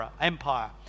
Empire